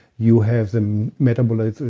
you have the metabolization